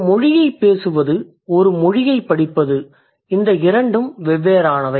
ஒரு மொழியைப் பேசுவது ஒரு மொழியைப் படிப்பது - என்ற இரண்டும் வெவ்வேறானவை